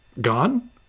gone